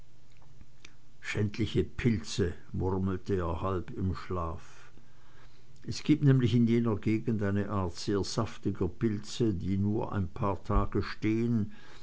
schändliche pilze murmelte er halb im schlaf es gibt nämlich in jener gegend eine art sehr saftiger pilze die nur ein paar tage stehen